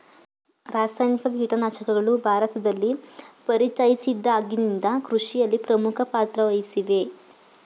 ರಾಸಾಯನಿಕ ಕೀಟನಾಶಕಗಳು ಭಾರತದಲ್ಲಿ ಪರಿಚಯಿಸಿದಾಗಿನಿಂದ ಕೃಷಿಯಲ್ಲಿ ಪ್ರಮುಖ ಪಾತ್ರ ವಹಿಸಿವೆ